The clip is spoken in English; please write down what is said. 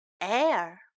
Air